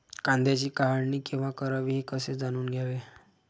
कांद्याची काढणी केव्हा करावी हे कसे जाणून घ्यावे?